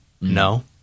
No